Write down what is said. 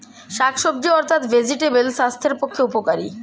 শাকসবজি অর্থাৎ ভেজিটেবল স্বাস্থ্যের পক্ষে উপকারী